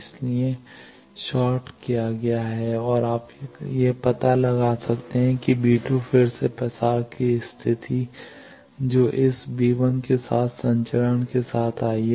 इसलिए शॉर्ट किया गया है और आप यह पता लगा सकते हैं कि फिर से प्रसार की स्थिति जो इस संचरण के साथ आई है